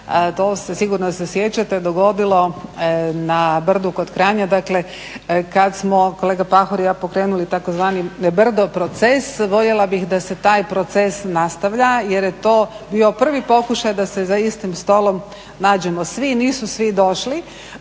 se, sigurno se sjećate, dogodilo na brdu kod Kranja, dakle kad smo kolega Pahor i ja pokrenuli tzv. brdo proces. Voljela bih da se taj proces nastavlja, jer to bio prvi pokušaj da se za istim stolom nađemo svi. Nisu svi došli.